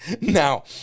now